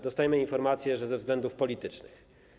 Dostajemy informacje, że ze względów politycznych.